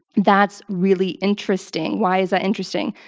that's really interesting. why is that interesting?